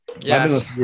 Yes